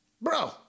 bro